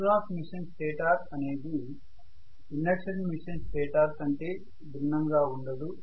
synchronous machine stator అనేది induction machine stator కంటే భిన్నంగా ఉండదు